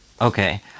Okay